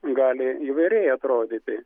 gali įvairiai atrodyti